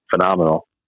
Phenomenal